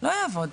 לא יעבוד.